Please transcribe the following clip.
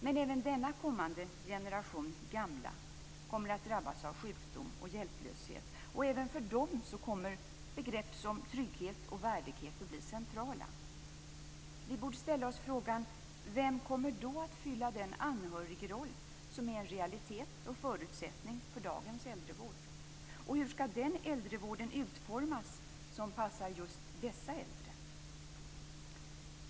Men även denna kommande generation gamla kommer att drabbas av sjukdom och hjälplöshet. Även för dem kommer begrepp som trygghet och värdighet att bli centrala. Vi borde ställa oss frågorna: Vem kommer då att fylla den anhörigroll som är en realitet och förutsättning för dagens äldrevård? Och hur skall den äldrevård utformas som passar just dessa äldre?